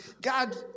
God